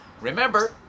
remember